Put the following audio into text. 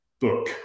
book